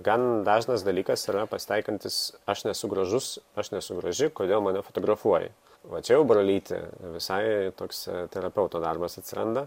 gan dažnas dalykas yra pasitaikantis aš nesu gražus aš nesu graži kodėl mane fotografuoji va čia jau brolyti visai toks terapeuto darbas atsiranda